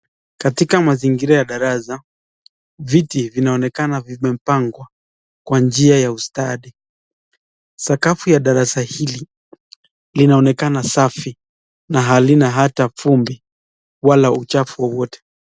Katika mazingira ya darasa viti vinaonekana vimepangwa kwa njia ya ustadi. Sakafu ya darasa hili linaonekana safi na halina hata vumbi wala uchafu wowote.